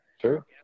True